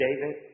David